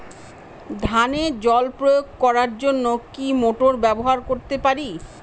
ধানে জল প্রয়োগ করার জন্য কি মোটর ব্যবহার করতে পারি?